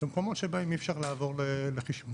במקומות שבהם אי אפשר לעבור לחשמול.